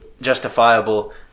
justifiable